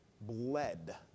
bled